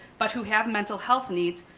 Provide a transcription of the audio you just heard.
but who have mental health needs,